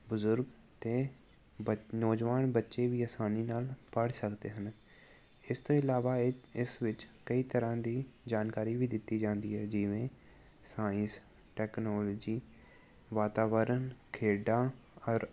ਬਜ਼ੁਰਗ ਅਤੇ ਬ ਨੌਜਵਾਨ ਬੱਚੇ ਵੀ ਆਸਾਨੀ ਨਾਲ ਪੜ੍ਹ ਸਕਦੇ ਹਨ ਇਸ ਤੋਂ ਇਲਾਵਾ ਏ ਇਸ ਵਿੱਚ ਕਈ ਤਰ੍ਹਾਂ ਦੀ ਜਾਣਕਾਰੀ ਵੀ ਦਿੱਤੀ ਜਾਂਦੀ ਹੈ ਜਿਵੇਂ ਸਾਇੰਸ ਟੈਕਨੋਲੋਜੀ ਵਾਤਾਵਰਨ ਖੇਡਾਂ ਔਰ